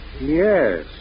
Yes